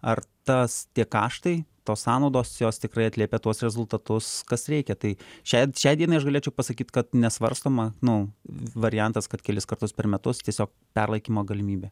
ar tas tie kaštai tos sąnaudos jos tikrai atliepia tuos rezultatus kas reikia tai šiai šiai dienai aš galėčiau pasakyt kad nesvarstoma nu variantas kad kelis kartus per metus tiesiog perlaikymo galimybė